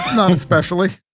not especially.